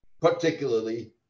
particularly